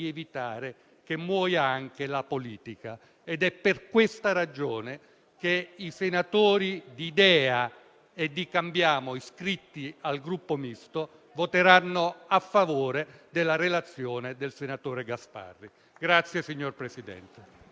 dunque alla votazione. Ricordo che la proposta della Giunta delle elezioni e delle immunità parlamentari, ai sensi dell'articolo 135-*bis*, comma 8, del Regolamento, si intenderà respinta